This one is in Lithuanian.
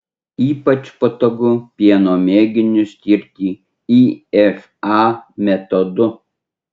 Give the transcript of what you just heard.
ypač patogu pieno mėginius tirti ifa metodu